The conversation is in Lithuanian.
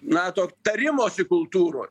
nato tarimosi kultūroj